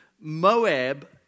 Moab